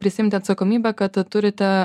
prisiimti atsakomybę kad turite